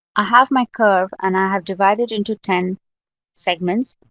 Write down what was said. i have my curve, and i have divided into ten segments.